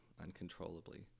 uncontrollably